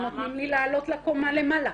לא נותנים לי לעלות לקומה למעלה.